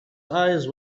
eyes